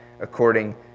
according